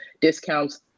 discounts